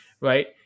right